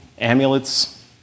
amulets